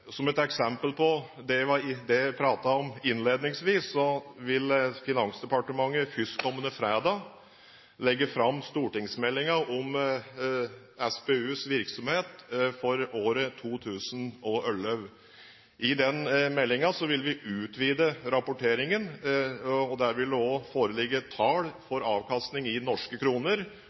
Som et eksempel på det jeg pratet om innledningsvis, vil Finansdepartementet førstkommende fredag legge fram stortingsmeldingen om SPUs virksomhet for året 2011. I den meldingen vil vi utvide rapporteringen. Der vil det også foreligge tall for avkastning i norske kroner